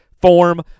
form